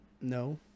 No